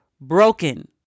broken